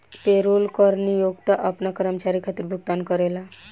payroll कर नियोक्ता आपना कर्मचारी खातिर भुगतान करेला